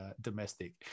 domestic